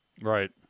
Right